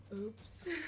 Oops